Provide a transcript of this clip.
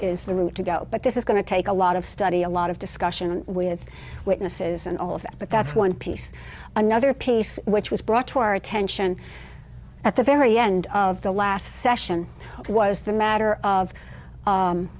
the route to go but this is going to take a lot of study a lot of discussion with witnesses and all of that but that's one piece another piece which was brought to our attention at the very end of the last session it was the matter of